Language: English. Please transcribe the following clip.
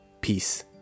peace